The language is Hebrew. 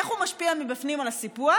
איך הוא משפיע מבפנים על הסיפוח?